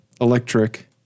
Electric